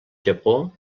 japó